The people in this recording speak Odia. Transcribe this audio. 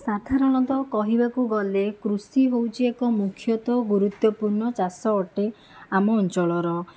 ସାଧାରଣତଃ କହିବାକୁ ଗଲେ କୃଷି ହେଉଛି ଏକ ମୁଖ୍ୟତଃ ଗୁରୁତ୍ୱପୂର୍ଣ୍ଣ ଚାଷ ଅଟେ ଆମ ଅଞ୍ଚଳର